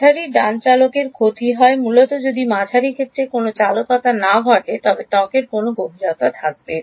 মাঝারি ডান চালকের ক্ষতি হল মূলত যদি মাঝারি ক্ষেত্রে কোন চালকতা না ঘটে থাকে তবে ত্বকের কোনও গভীরতা থাকবে